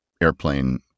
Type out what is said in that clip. airplane